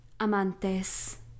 amantes